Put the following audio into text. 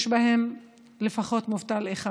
יש בהם לפחות מובטל אחד,